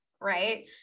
right